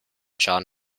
john